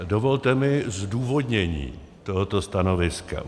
Dovolte mi zdůvodnění tohoto stanoviska.